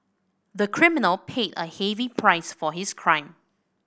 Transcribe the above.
the criminal paid a heavy price for his crime